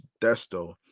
Desto